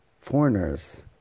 foreigners